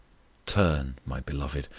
turn, my beloved,